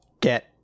get